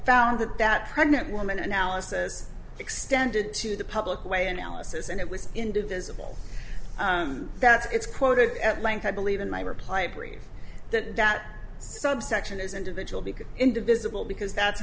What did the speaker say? found that that pregnant woman analysis extended to the public way analysis and it was indivisible that it's quoted at length i believe in my reply brief that that subsection is individual because indivisible because that's